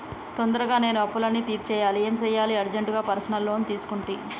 తొందరగా నేను అప్పులన్నీ తీర్చేయాలి ఏం సెయ్యాలి అర్జెంటుగా పర్సనల్ లోన్ తీసుకుంటి